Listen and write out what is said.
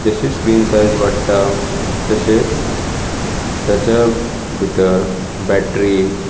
जशी screen size वाडटा तशीच तेच्या भितर बॅटरी